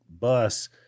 bus